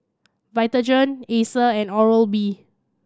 Vitagen Acer and Oral B